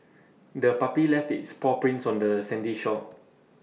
the puppy left its paw prints on the sandy shore